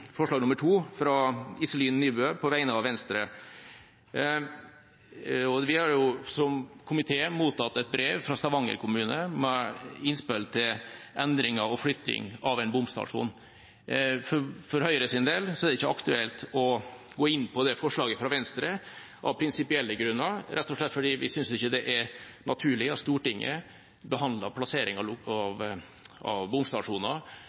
mottatt et brev fra Stavanger kommune med innspill til endringer og flytting av en bomstasjon. For Høyres del er det ikke aktuelt å gå inn på dette forslaget fra Venstre av prinsipielle grunner, rett og slett fordi vi ikke synes det er naturlig at Stortinget behandler plassering av bomstasjoner i sin behandling av